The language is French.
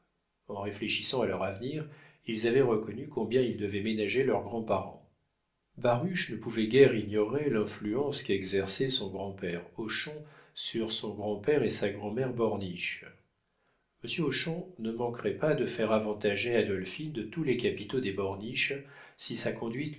en réfléchissant à leur avenir ils avaient reconnu combien ils devaient ménager leurs grands-parents baruch ne pouvait guère ignorer l'influence qu'exerçait son grand-père hochon sur son grand-père et sa grand'mère borniche monsieur hochon ne manquerait pas de faire avantager adolphine de tous les capitaux des borniche si sa conduite